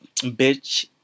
bitch